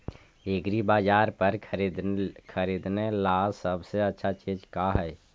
एग्रीबाजार पर खरीदने ला सबसे अच्छा चीज का हई?